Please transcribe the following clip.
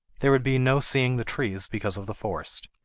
there would be no seeing the trees because of the forest.